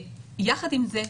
יחד עם זה,